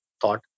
thought